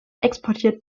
exportiert